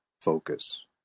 focus